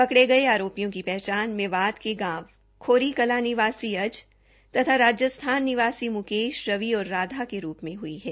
पकड़े गये आरोपियों की पहचान मेवात के गांव खोरी कलां निवासी अज तथा राजस्थान निवासी मुकेश रवि और राधा के रूप में हुई है